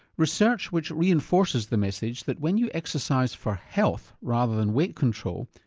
research which reinforces the message that when you exercise for health rather than weight control,